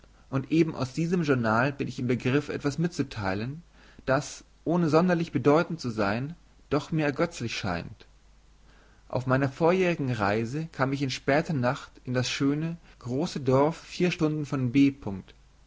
und eben aus diesem journal bin ich im begriff etwas mitzuteilen das ohne sonderlich bedeutend zu sein doch mir ergötzlich scheint auf meiner vorjährigen reise kam ich in später nacht in das schöne große dorf vier stunden von b